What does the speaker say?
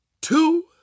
two